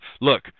Look